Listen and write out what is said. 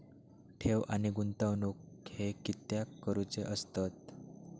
ठेव आणि गुंतवणूक हे कित्याक करुचे असतत?